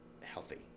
healthy